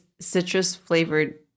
citrus-flavored